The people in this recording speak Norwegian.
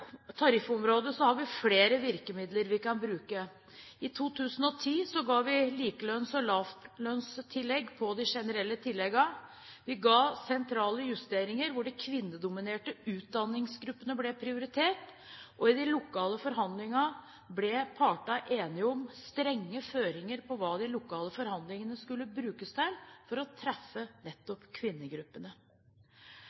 tariffområdet har vi flere virkemidler vi kan bruke. I 2010 ga vi likelønns- og lavlønnstillegg på de generelle tilleggene. Vi hadde sentrale justeringer, hvor de kvinnedominerte utdanningsgruppene ble prioritert, og i de lokale forhandlingene ble partene enige om strenge føringer på hva de lokale forhandlingene skulle brukes til for å treffe